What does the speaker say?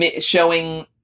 showing